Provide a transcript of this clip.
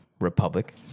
republic